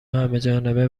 همهجانبه